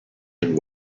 and